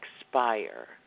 expire